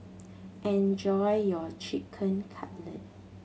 enjoy your Chicken Cutlet